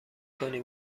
کنی